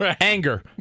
Anger